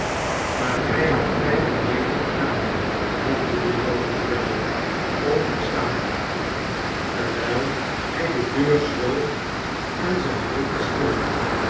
maar gy hadt vry wat beter gedaan mompelde jozef ladle onverstaanbaar terwyl hy de deur sloot en zyn hoofd schudde